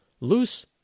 Loose